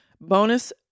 bonus